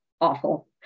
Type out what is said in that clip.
awful